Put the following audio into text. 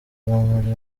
muri